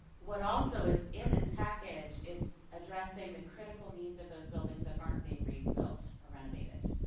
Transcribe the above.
what also is in this package is addressing the critical needs of those buildings that aren't being rebuilt or renovated.